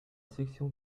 section